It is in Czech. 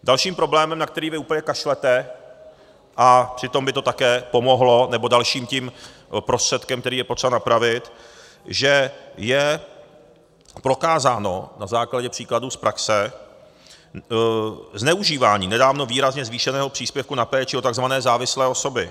Dalším problémem, na který vy úplně kašlete, a přitom by to také pomohlo, nebo dalším prostředkem, který je potřeba napravit, že je prokázáno na základě příkladů z praxe zneužívání nedávno výrazně zvýšeného příspěvku na péči o takzvané závislé osoby.